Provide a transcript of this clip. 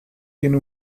tiene